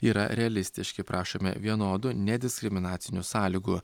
yra realistiški prašome vienodų nediskriminacinių sąlygų